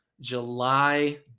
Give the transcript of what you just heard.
July